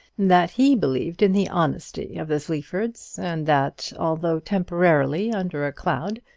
that he believed in the honesty of the sleafords and that, although temporarily under a cloud,